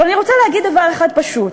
אבל אני רוצה להגיד דבר אחד פשוט,